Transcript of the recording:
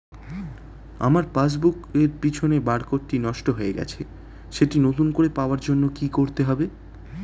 আমার পাসবুক এর পিছনে বারকোডটি নষ্ট হয়ে গেছে সেটি নতুন করে পাওয়ার জন্য কি করতে হবে?